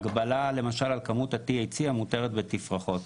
יש הגבלה על כמות ה-THC המותרת בתפרחות.